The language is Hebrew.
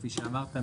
כפי שאמרת,